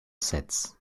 sets